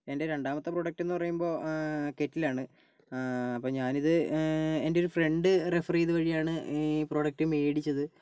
എൻ്റെ രണ്ടാമത്തെ പ്രോഡക്റ്റ് എന്ന് പറയുമ്പോൾ കെറ്റിലാണ് അപ്പം ഞാനിത് എൻ്റെ ഒരു ഫ്രണ്ട് റഫർ ചെയ്ത വഴിയാണ് ഈ പ്രോഡക്റ്റ് മേടിച്ചത്